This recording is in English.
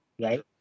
Right